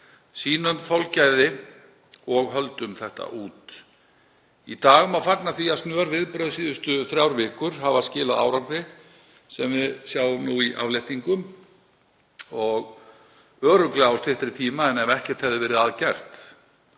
sýnum þolgæði og höldum þetta út. Í dag má fagna því að snör viðbrögð síðustu þrjár vikur hafa skilað árangri sem við sjáum nú í afléttingum og örugglega á styttri tíma en ef ekkert hefði verið að gert.